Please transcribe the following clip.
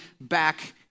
back